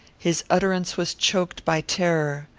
his utterence was choked by terror.